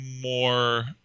more